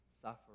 suffer